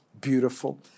beautiful